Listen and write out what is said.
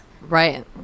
Right